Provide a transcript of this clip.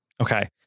Okay